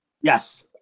Yes